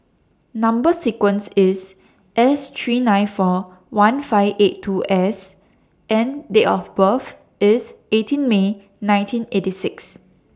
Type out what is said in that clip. Number sequence IS S three nine four one five eight two S and Date of birth IS eighteen May nineteen eighty six